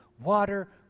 water